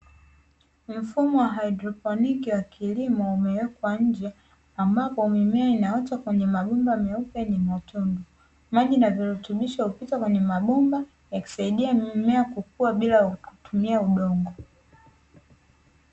Mfumo wa haidroponiki wa kilimo, umewekwa nje ambapo mimea inaota kwenye mabomba meupe yenye matundu, maji na virutubisho hupita kwenye mabomba, yakisaidia mimea kukua bila udongo.